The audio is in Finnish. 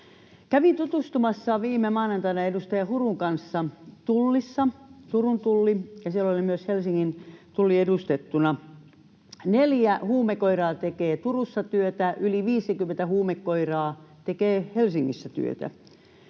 Turun tullissa, ja siellä oli myös Helsingin tulli edustettuna. Neljä huumekoiraa tekee Turussa työtä, yli 50 huumekoiraa tekee Helsingissä työtä.